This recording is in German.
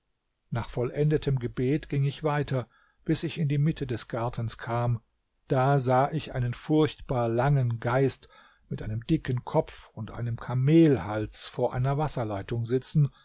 nach vollendetem gebet ging ich weiter bis ich in die mitte des gartens kam da sah ich einen furchtbar langen geist mit einem dicken kopf und einem kamelhals vor einer wasserleitung sitzen